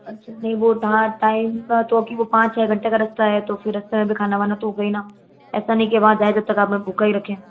अच्छा नहीं वो था टाइम का तो क्योंकि वो पाँच छः घंटे का रास्ता है तो फिर रास्ते में भी खाना वाना तो होगा ही ना ऐसा नही कि वहाँ जाएँ जब तक आप हमें भूखा ही रखें